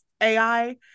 AI